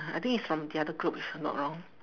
I think it's from the other group if I'm not wrong